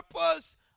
purpose